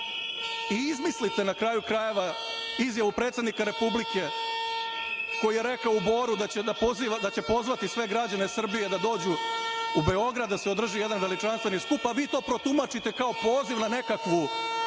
i izmislite, na kraju krajeva, izjavu predsednika Republike, koji je rekao u Boru da će pozvati sve građane Srbije da dođu u Beograd da se održi jedan veličanstveni skup, a vi to protumačite kao poziv na nekakav